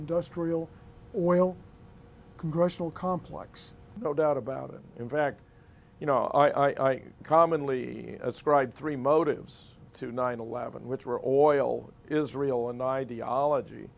industrial will congressional complex no doubt about it in fact you know i commonly ascribe three motives to nine eleven which were all oil israel and ideology